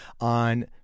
on